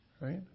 right